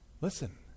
Listen